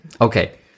Okay